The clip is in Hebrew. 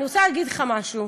אני רוצה להגיד לך משהו,